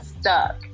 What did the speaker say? stuck